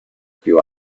più